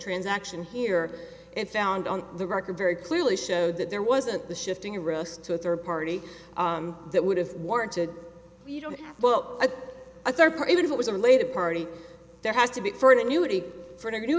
transaction here and found on the record very clearly showed that there wasn't the shifting roast to a third party that would have warranted well a third party even if it was a related party there has to be for an annuity for